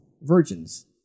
virgins